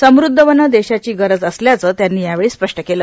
समृद्ध वनं देशाची गरज असल्याचं त्यांनी यावेळी स्पष्ट केलं